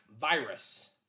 Virus